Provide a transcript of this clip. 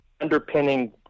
underpinning